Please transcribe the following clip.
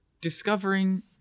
discovering